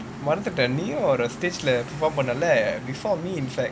மறந்துட்டேன் நீயும் ஒரு:maranthutaen neeyum oru stage perform பண்ணல்ல:pannalla before me in fact